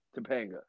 Topanga